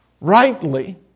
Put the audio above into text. Rightly